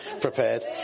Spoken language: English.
prepared